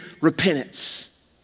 repentance